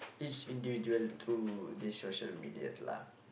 each individual through this social media lah